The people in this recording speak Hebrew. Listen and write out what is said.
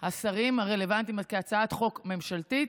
השרים הרלוונטיים כהצעת חוק ממשלתית.